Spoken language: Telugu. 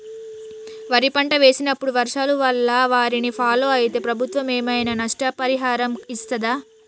వరి పంట వేసినప్పుడు వర్షాల వల్ల వారిని ఫాలో అయితే ప్రభుత్వం ఏమైనా నష్టపరిహారం ఇస్తదా?